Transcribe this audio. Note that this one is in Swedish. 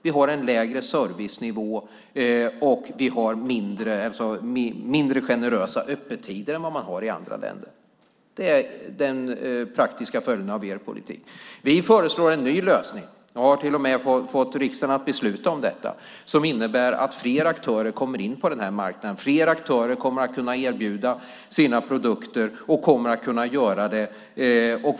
Vi har en lägre servicenivå, och vi har mindre generösa öppettider än man har i andra länder. Det är den praktiska följden av er politik. Vi föreslår en ny lösning som innebär att fler aktörer kommer in på marknaden. Jag har till och med fått riksdagen att besluta om detta. Fler aktörer kommer att kunna erbjuda sina produkter.